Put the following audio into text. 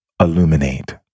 illuminate